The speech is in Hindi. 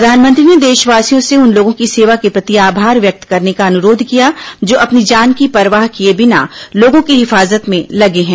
प्रधानमंत्री ने देशवासियों से उन लोगों की सेवा के प्रति आभार व्यक्त करने का अनुरोध किया जो अपनी जान की परवाह किए बिना लोगों की हिफाजत में लगे हैं